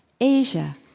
Asia